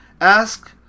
ask